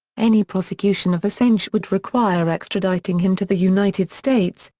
any prosecution of assange would require extraditing him to the united states,